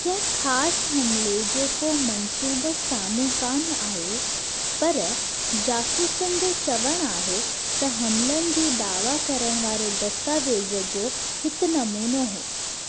कंहिं ख़ासि हमिले जे को मंसूबो सामू कोन आहियो पर जासूसनि जो चवणु आहे त हमिलनि जी दावा करणु वारे दस्तावेज़ जो हिकु नमूनो हुओ